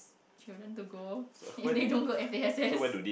children to go if they don't go F_A_S_S